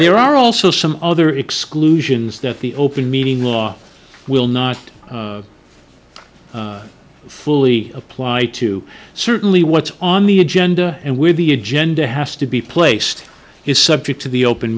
there are also some other exclusions that the open meeting law will not fully apply to certainly what's on the agenda and where the agenda has to be placed is subject to the open